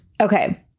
Okay